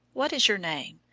what is your name?